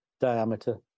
diameter